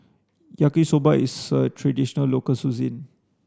Yaki Soba is a traditional local